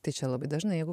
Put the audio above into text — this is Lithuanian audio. tai čia labai dažnai jeigu